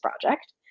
project